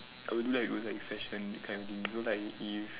I will do like those like fashion those kind of thing so like if